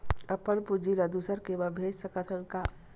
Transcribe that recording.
अपन पूंजी ला दुसर के मा भेज सकत हन का?